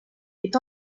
est